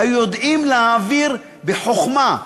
היו יודעים להעביר בחוכמה,